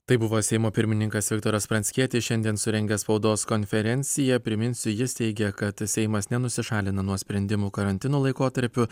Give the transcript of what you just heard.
tai buvo seimo pirmininkas viktoras pranckietis šiandien surengęs spaudos konferenciją priminsiu jis teigė kad seimas nenusišalina nuo sprendimų karantino laikotarpiu